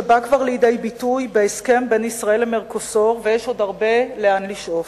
שבא כבר לידי ביטוי בהסכם בין ישראל ל"מרקוסור" ויש עוד הרבה לאן לשאוף.